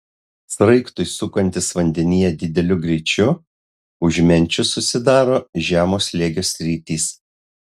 sraigtui sukantis vandenyje dideliu greičiu už menčių susidaro žemo slėgio sritys